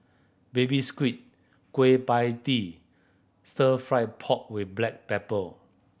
Baby Squid Kueh Pie Tee Stir Fry pork with black pepper